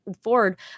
forward